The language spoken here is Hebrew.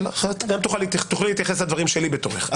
תוכלי להתייחס לדברים שלי בתורך.